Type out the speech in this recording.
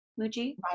Muji